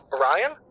Ryan